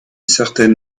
certaine